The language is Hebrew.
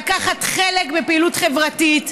לקחת חלק בפעילות חברתית.